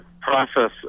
process